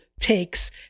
takes